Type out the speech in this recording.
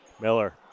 Miller